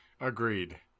Agreed